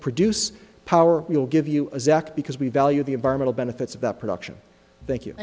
produce power we'll give you a sack because we value the environmental benefits about production thank you